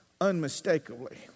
unmistakably